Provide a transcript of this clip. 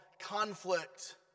conflict